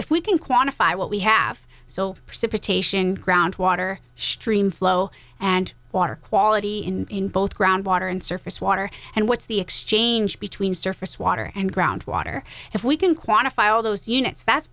if we can quantify what we have so precipitation ground water stream flow and water quality in both ground water and surface water and what's the exchange between surface water and ground water if we can quantify all those units that's